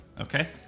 Okay